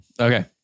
Okay